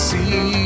See